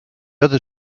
other